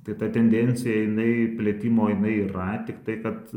tai ta tendencija jinai plėtimo jinai yra tiktai kad